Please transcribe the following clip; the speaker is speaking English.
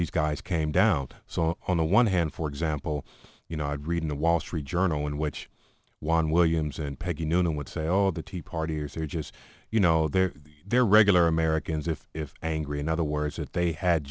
these guys came down saw on the one hand for example you know i had read in the wall street journal in which juan williams and peggy noonan would say all the tea partiers are just you know they're they're regular americans if if angry in other words that they had